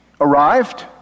arrived